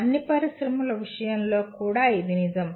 అన్ని పరిశ్రమల విషయంలో కూడా ఇది నిజం